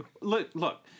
look